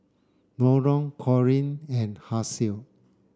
Nolen Corine and Hasel